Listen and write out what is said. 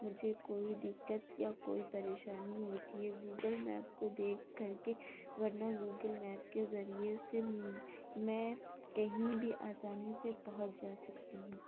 مجھے کوئی دقت یا کوئی پریشانی ہوتی ہے گوگل میپ کو دیکھ کر کے ورنہ گوگل میپ کے ذریعے سے میں کہیں بھی آسانی سے پہنچ جا سکتی ہوں